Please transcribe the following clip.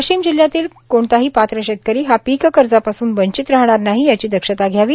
वाशीम जिल्हयातील कोणताही पात्र शेतकरी हा पीक कर्जापासून वंचित राहणार नाही याची दक्षता घ्यावी